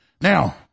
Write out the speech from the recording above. Now